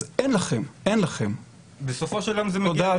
אז אין לכם --- בסופו של יום זה --- תודה,